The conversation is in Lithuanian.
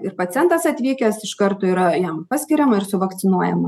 ir pacientas atvykęs iš karto yra jam paskiriama ir su vakcinuojama